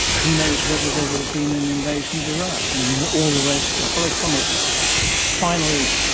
who knows whether there would have been an invasion of iraq and all the rest that follows from it. but finally,